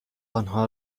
آنها